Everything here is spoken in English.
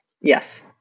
Yes